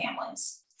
families